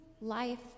life